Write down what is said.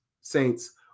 saints